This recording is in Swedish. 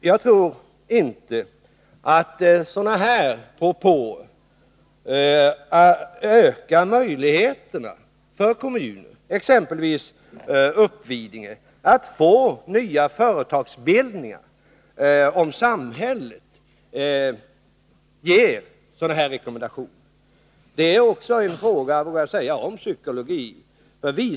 Jag tror inte att sådana propåer ökar möjligheterna för exempelvis Uppvidinge kommun att få nya företagsbildningar. Jag vågar också säga att det är en psykologisk fråga.